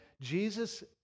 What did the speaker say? Jesus